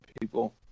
people